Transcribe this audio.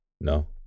No